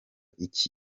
iki